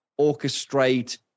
orchestrate